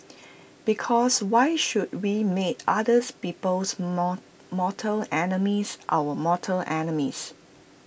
because why should we make others people's more mortal enemies our mortal enemies